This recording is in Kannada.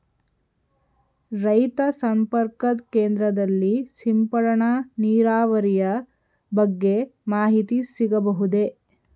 ರೈತ ಸಂಪರ್ಕ ಕೇಂದ್ರದಲ್ಲಿ ಸಿಂಪಡಣಾ ನೀರಾವರಿಯ ಬಗ್ಗೆ ಮಾಹಿತಿ ಸಿಗಬಹುದೇ?